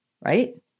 right